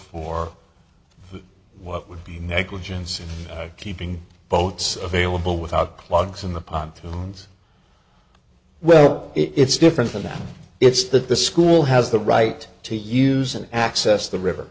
for what would be negligence of keeping boats available without clogs in the pontoons well it's different from that it's that the school has the right to use an access the river